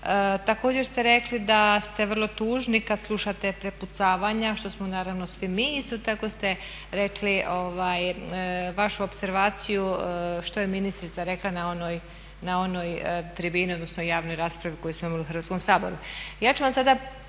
Također ste rekli da ste vrlo tužni kad slušate prepucavanja što smo naravno svi mi. Isto tako ste rekli vašu opservaciju što je ministrica rekla na onoj tribini odnosno javnoj raspravi koju smo imali u Hrvatskom saboru.